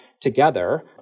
together